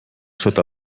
sota